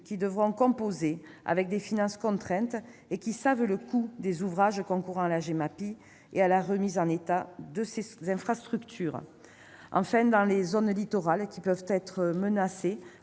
qui devront composer avec des finances contraintes et qui savent le coût de ces ouvrages concourant à la Gemapi et de leur remise en état. Enfin, dans les zones littorales, qui peuvent être menacées